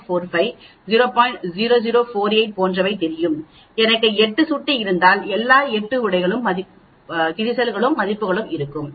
0048 போன்றவை தெரியும் எனக்கு 8 சுட்டி இருந்தால் எல்லா 8 உடைகள் மதிப்புகளும் இருக்கும்